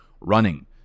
running